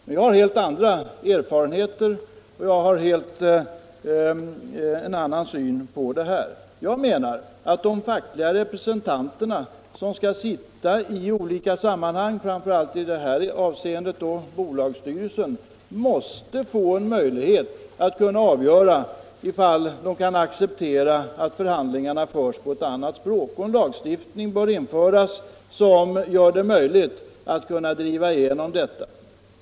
Men jag har helt andra erfarenheter och en annan syn på detta. Jag menar att de fackliga representanterna, framför allt de som sitter i en bolagsstyrelse, måste få en möjlighet att avgöra om de kan acceptera att förhandlingarna förs på ett annat språk. En lagstiftning bör införas som gör det möjligt att driva igenom detta.